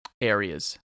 areas